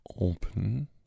open